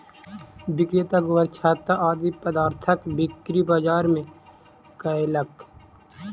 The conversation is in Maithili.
विक्रेता गोबरछत्ता आदि पदार्थक बिक्री बाजार मे कयलक